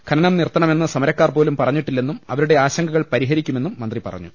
ഖനനം നിർത്തണമെന്ന് സമരക്കാർപോലും പറഞ്ഞിട്ടില്ലെന്നും അവരുടെ ആശങ്കകൾ പരിഹരിക്കുമെന്നും മന്ത്രി പറഞ്ഞു